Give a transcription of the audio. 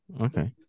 okay